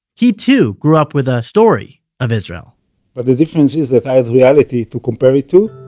he too grew up with a story of israel but the difference is that i had reality to compare it to.